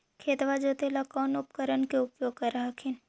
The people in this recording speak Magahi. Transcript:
खेतबा जोते ला कौन उपकरण के उपयोग कर हखिन?